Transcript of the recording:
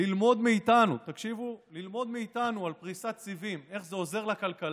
ללמוד מאיתנו על פריסת סיבים ואיך זה עוזר לכלכלה,